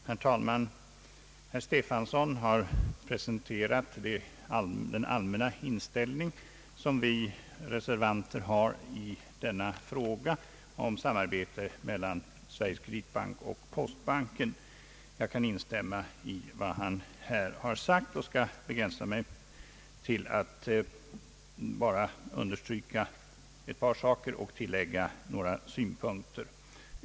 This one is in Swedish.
Herr talman! Herr Stefanson har presenterat den allmänna inställning som vi reservanter har i denna fråga beträf fande samarbetet mellan Sveriges Kreditbank och postbanken. Jag kan instämma i vad han sagt och skall begränsa mig till att endast understryka ett par saker och tillägga ytterligare några synpunkter.